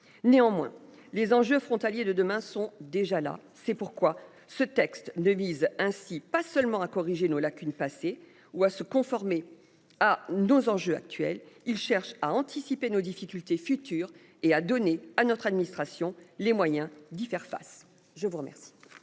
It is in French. néanmoins les enjeux frontaliers de demain sont déjà là. C'est pourquoi ce texte ne visent ainsi pas seulement à corriger nos lacunes passées ou à se conformer à nos enjeux actuels, il cherche à anticiper nos difficultés futures et à donner à notre administration les moyens d'y faire face. Je vous remercie.